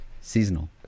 Seasonal